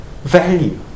value